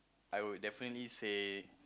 I would definitely say